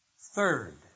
Third